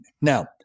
Now